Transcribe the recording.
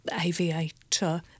aviator